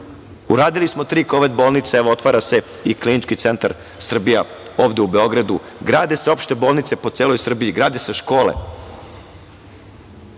Uradili smo tri kovid bolnice, evo otvara se i Klinički centar Srbija ovde u Beogradu, grade se opšte bolnice u celoj Srbiji, grade se škole,